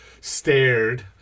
stared